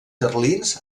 carlins